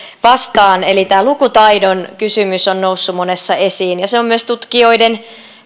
vastaan eli tämä lukutaidon kysymys on noussut monessa esiin ja se on myös tutkijoiden